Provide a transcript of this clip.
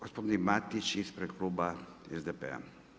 Gospodin Matić ispred kluba SDP-a.